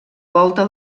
volta